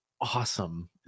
awesome